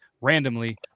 randomly